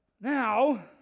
Now